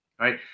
right